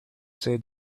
say